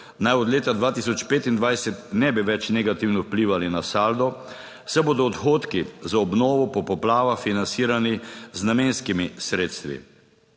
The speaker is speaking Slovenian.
naj od leta 2025 ne bi več negativno vplivali na saldo, saj bodo odhodki za obnovo po poplavah financirani z namenskimi sredstvi.